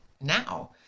now